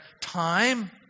time